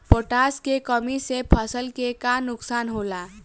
Potash के कमी से फसल के का नुकसान होला?